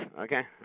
Okay